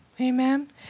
Amen